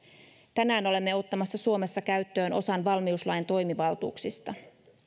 tänään olemme ottamassa suomessa käyttöön osan valmiuslain toimivaltuuksista